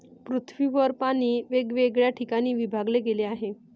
पृथ्वीवर पाणी वेगवेगळ्या ठिकाणी विभागले गेले आहे